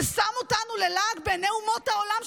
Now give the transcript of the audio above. זה שם אותנו ללעג בעיני אומות העולם,